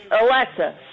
Alexa